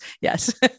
yes